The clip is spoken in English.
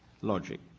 logic